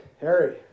Harry